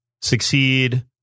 succeed